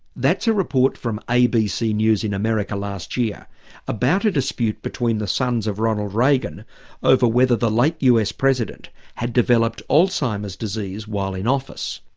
that's a report from abc news in america last year about a dispute between the sons of ronald reagan over whether the late us president had developed alzheimer's disease while in office.